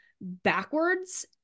backwards